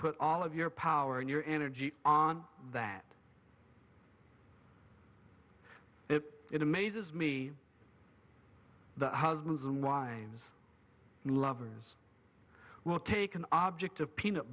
put all of your power and your energy on that it it amazes me that husbands and wives and lovers will take an object of peanut